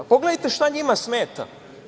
Pogledajte šta njima smeta?